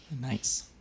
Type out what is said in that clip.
nice